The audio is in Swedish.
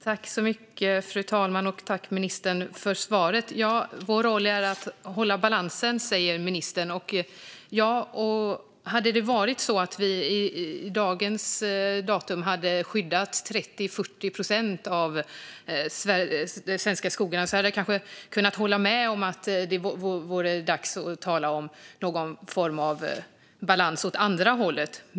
Fru talman! Tack, ministern, för svaret! Vår roll är att hålla balansen, säger ministern. Hade det varit så att vi till dags dato hade skyddat 30 eller 40 procent av de svenska skogarna hade jag kanske kunnat hålla med om att det vore dags att tala om någon form av balans åt andra hållet.